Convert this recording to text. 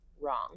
wrong